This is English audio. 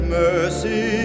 mercy